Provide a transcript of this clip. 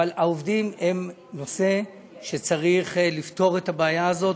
אבל העובדים הם נושא שצריך לפתור, את הבעיה הזאת.